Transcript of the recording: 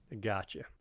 Gotcha